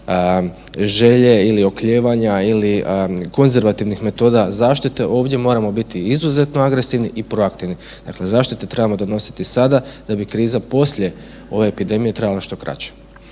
želje ili oklijevanja ili konzervativnih metoda zaštite, ovdje moramo biti izuzetno agresivni i proaktivni. Dakle, zaštite trebamo donositi sada da bi kriza poslije ove epidemije trajala što kraće.